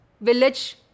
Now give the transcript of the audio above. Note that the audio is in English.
village